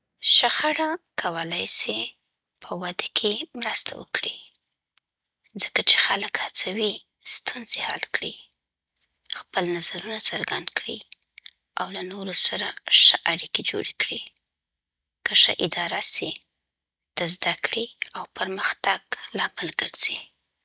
شخړه کولی سي په وده کې مرسته وکړي، ځکه چې خلک هڅوي ستونزې حل کړي، خپل نظرونه څرګند کړي او له نورو سره ښه اړیکې جوړې کړي. که ښه اداره سي، د زده کړې او پرمختګ لامل ګرځي.